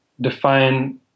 define